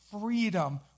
freedom